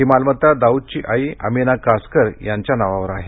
ही मालमत्ता दाउदची आई अमिना कासकर यांच्या नावावर आहे